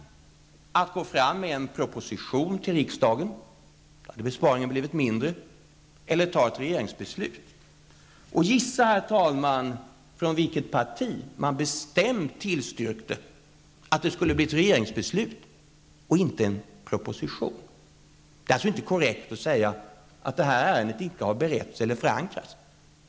Man kunde gå fram med en proposition till riksdagen -- då hade besparingen blivit mindre -- eller man kunde fatta ett regeringsbeslut. Gissa, herr talman, vilket parti som bestämt tillstyrkte att det skulle bli fråga om ett regeringsbeslut och inte en proposition! Det är alltså inte korrekt att säga att detta ärende inte har beretts eller förankrats.